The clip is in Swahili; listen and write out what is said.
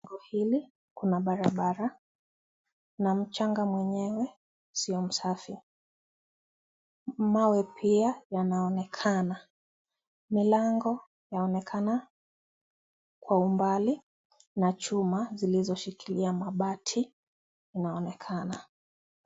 Jengo hili kuna barabara na mchanga mwenyewe sio msafi, mawe pia yanaonekana milango yaonekana kwa umbali na chuma zilizoshikilia mabati zinaonekana.